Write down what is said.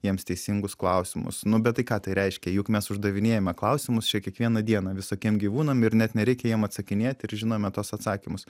jiems teisingus klausimus nu bet tai ką tai reiškia juk mes uždavinėjame klausimus čia kiekvieną dieną visokiem gyvūnam ir net nereikia jiem atsakinėti ir žinome tuos atsakymus